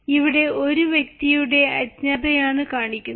ഇവിടെ ഒരു വ്യക്തിയുടെ യുടെ അജ്ഞതയാണ് കാണിക്കുന്നത്